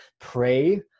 pray